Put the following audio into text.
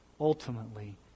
ultimately